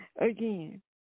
again